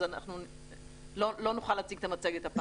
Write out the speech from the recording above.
לא נוכל הפעם להציג את המצגת.